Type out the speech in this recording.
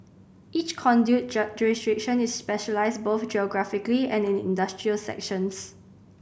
each conduit jurisdiction is specialised both geographically and in industrial sections